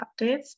updates